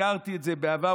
הזכרתי את זה בעבר,